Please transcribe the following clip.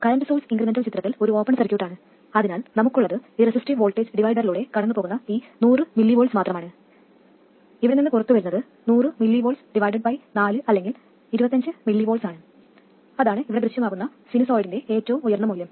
current source incremental ചിത്രത്തിൽ ഒരു open സർക്യൂട്ടാണ് അതിനാൽ നമുക്കുള്ളത് ഈ റെസിസ്റ്റീവ് വോൾട്ടേജ് ഡിവൈഡറിലൂടെ കടന്നുപോകുന്ന ഈ 100 mV മാത്രമാണ് ഇവിടെ നിന്ന് പുറത്തുവരുന്നത് 100 mV ഡിവൈഡെഡ് ബൈ 4 അല്ലെങ്കിൽ 25 mV ആണ് അതാണ് ഇവിടെ ദൃശ്യമാകുന്ന സിനുസോയിഡിന്റെ ഏറ്റവും ഉയർന്ന മൂല്യം